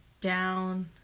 Down